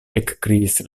ekkriis